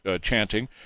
chanting